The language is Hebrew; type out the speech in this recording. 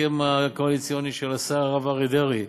מההסכם הקואליציוני של השר הרב אריה דרעי.